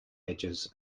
ages